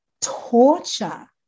torture